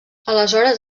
aleshores